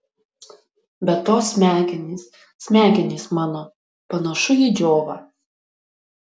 be to smegenys smegenys mano panašu į džiovą